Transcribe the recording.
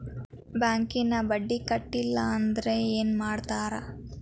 ಬ್ಯಾಂಕಿನ ಬಡ್ಡಿ ಕಟ್ಟಲಿಲ್ಲ ಅಂದ್ರೆ ಏನ್ ಮಾಡ್ತಾರ?